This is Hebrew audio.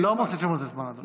לא מוסיפים על זה זמן, אדוני.